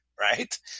right